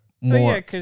more